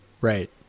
Right